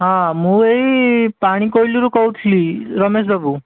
ହଁ ମୁଁ ଏଇ ପାଣିକୋଇଲିରୁ କହୁଥିଲି ରମେଶ ବାବୁ